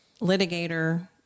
litigator